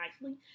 nicely